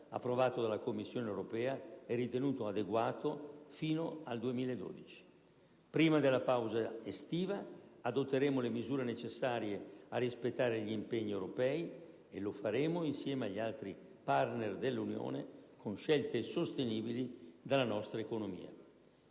approvato dalla Commissione europea e ritenuto adeguato fino al 2012. Prima della pausa estiva adotteremo le misure necessarie a rispettare gli impegni europei, e lo faremo insieme agli altri partner dell'Unione con scelte sostenibili dalla nostra economia.